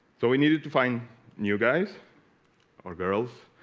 so we needed to find new guys or girls